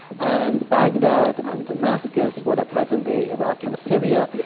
and baghdad, and damascus, what are present-day iraq and syria,